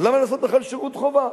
אז למה לעשות בכלל שירות חובה?